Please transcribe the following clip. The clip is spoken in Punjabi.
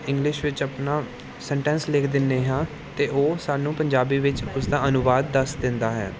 ਇੰਗਲਿਸ਼ ਵਿੱਚ ਆਪਣਾ ਸਨਟੈਂਸ ਲਿਖ ਦਿੰਦੇ ਹਾਂ ਅਤੇ ਉਹ ਸਾਨੂੰ ਪੰਜਾਬੀ ਵਿੱਚ ਉਸਦਾ ਅਨੁਵਾਦ ਦੱਸ ਦਿੰਦਾ ਹੈ